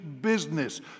business